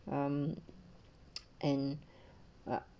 um and uh